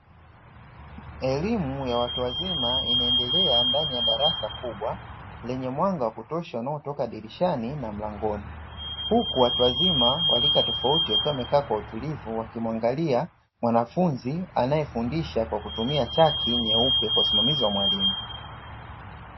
Elimu ya watu wazima inaendelea ndani ya darasa kubwa, lenye mwanga wa kutosha unaotoka dirishani na mlangoni, huku watu wazima wa rika tofauti wakiwa wamekaa kwa utulivu, wakimwangalia mwanafunzi anayefundisha kwa kutumia chaki nyeupe kwa usimamizi wa mwalimu.